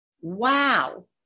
Wow